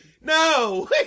no